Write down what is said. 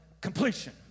completion